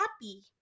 happy